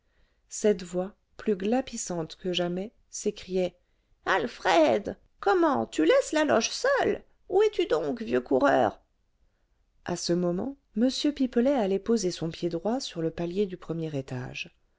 cette voix plus glapissante que jamais s'écriait alfred comment tu laisses la loge seule où es-tu donc vieux coureur à ce moment m pipelet allait poser son pied droit sur le palier du premier étage